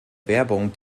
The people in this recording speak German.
werbung